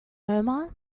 omar